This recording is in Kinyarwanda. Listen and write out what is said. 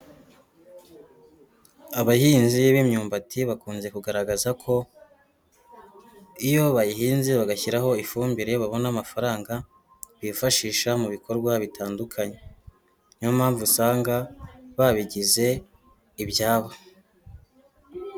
Abahinzi b'imyumbati bakunze kugaragaza ko iyo bayihinze bagashyiraho ifumbire babona amafaranga, bifashisha mu bikorwa bitandukanye, ni yo mpamvu usanga babigize ibyabo.